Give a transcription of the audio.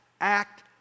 act